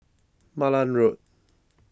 Malan Road